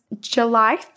July